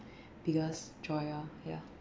biggest joy ah ya